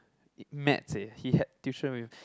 maths eh he had tuition with